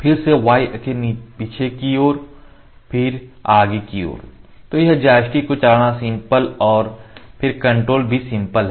फिर से y अक्ष पीछे की ओर फिर आगे की ओर तो यह जॉयस्टिक को चलाना सिंपल है और फिर कंट्रोल भी सिंपल है